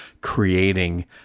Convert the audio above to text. creating